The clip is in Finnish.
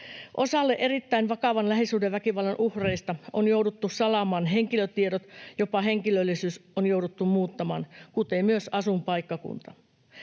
Osalla erittäin vakavan lähisuhdeväkivallan uhreista on jouduttu salaamaan henkilötiedot, jopa henkilöllisyys on jouduttu muuttamaan, kuten myös asuinpaikkakunta.